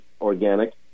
organic